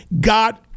God